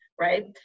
right